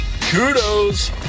Kudos